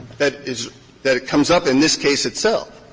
that is that it comes up in this case itself.